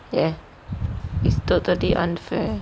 jap eh is totally unfair